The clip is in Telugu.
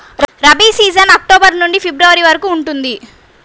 రబీ సీజన్ అక్టోబర్ నుండి ఫిబ్రవరి వరకు ఉంటుంది